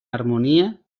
harmonia